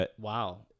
Wow